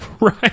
Right